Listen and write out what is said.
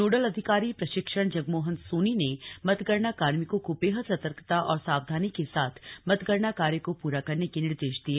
nodal अधिकारी प्रशिक्षण जगमोहन सोनी ने मतगणना कार्मिकों को बेहद सर्तकता और सावधानी के साथ मतगणना कार्य को पूरा करने के निर्देश दिए